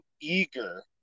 eager